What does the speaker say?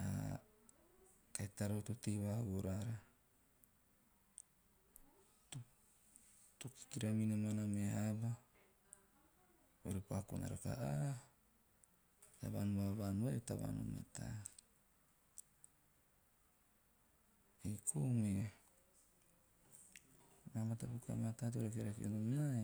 ah kahi tarau to tei vavaha vo raara to kikira vavaha minoman a meha aba, eori pa kona rakaha." Ah a tavaan va vaan vai a tavaan o mataa." Ei kou mea maa matapaku maa mataa to rakerake nom naa,